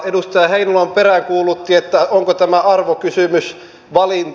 edustaja heinäluoma peräänkuulutti että onko tämä arvokysymys valinta